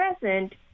present